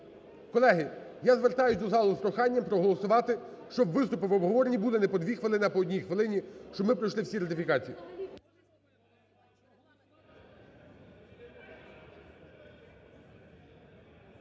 Колеги, я звертаюсь до залу з проханням проголосувати, щоб виступи в обговоренні були не по дві хвилини, а по одній хвилині, щоб ми пройшли всі ратифікації.